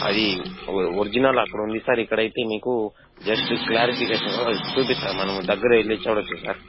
అది ఒ ఒరిజినల్ అక్కడుంది సార్ ఇక్కడైతే మీకు జస్ట్ క్లారిఫికేషన్ కోసం చూపిస్తాం మనం దగ్గరెళ్ళి చూడొచ్చు సార్